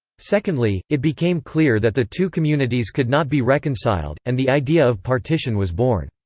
secondly, it became clear that the two communities could not be reconciled, and the idea of partition was born.